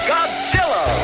Godzilla